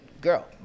girl